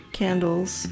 candles